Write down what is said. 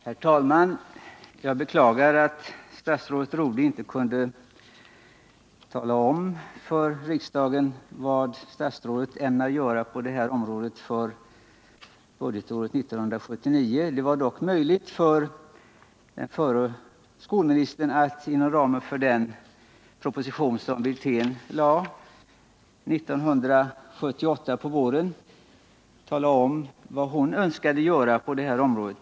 Herr talman! Jag beklagar att statsrådet Rodhe inte kunde tala om för riksdagen vad statsrådet ämnar göra på det här området för budgetåret 1979/ 80. Det var dock möjligt för den förra skolministern att inom ramen för den proposition som Rolf Wirtén lade fram på våren 1978 tala om vad hon önskade göra på det här området.